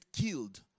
killed